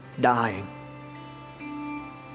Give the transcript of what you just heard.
dying